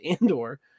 Andor